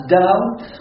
doubt